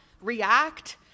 react